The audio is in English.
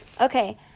Okay